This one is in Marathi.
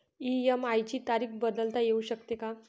इ.एम.आय ची तारीख बदलता येऊ शकते का?